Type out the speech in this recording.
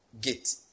gate